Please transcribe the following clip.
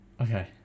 Okay